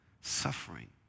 suffering